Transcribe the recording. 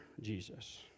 Jesus